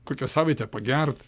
kokią savaitę pagert